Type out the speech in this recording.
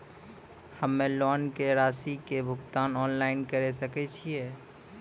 हम्मे लोन के रासि के भुगतान ऑनलाइन करे सकय छियै?